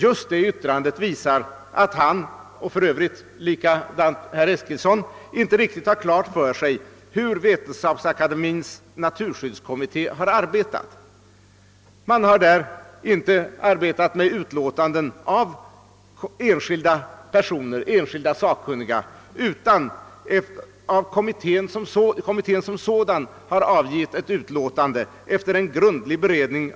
Just detta yttrande visar att han — vilket torde gälla också för herr Eskilsson — inte har klart för sig hur Vetenskapsakademiens naturskyddskommitté arbetar. Det är kommittén som sådan som avger utlåtanden efter grundlig beredning av frågorna ur olika synpunkter, det är aldrig fråga om utlåtanden från enskilda sakkunniga.